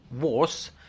wars